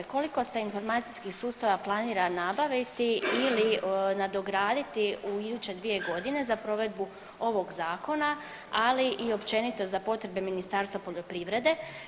Koliko se informacijskih sustava planira nabaviti ili nadograditi u iduće dvije godine za provedbu ovog zakona ali i općenito za potrebe Ministarstva poljoprivrede?